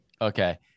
Okay